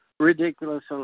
Ridiculous